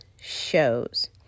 shows